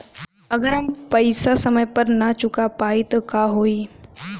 अगर हम पेईसा समय पर ना चुका पाईब त का होई?